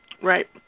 Right